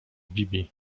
bibi